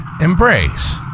embrace